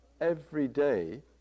everyday